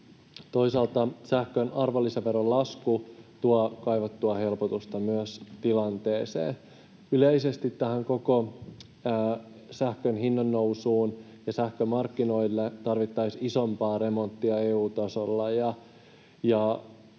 Toisaalta myös sähkön arvonlisäveron lasku tuo kaivattua helpotusta tilanteeseen. Yleisesti tähän koko sähkön hinnan nousuun ja sähkömarkkinoille tarvittaisiin isompaa remonttia EU-tasolla,